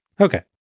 Okay